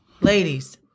ladies